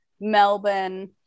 Melbourne